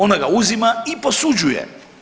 Ona ga uzima i posuđuje.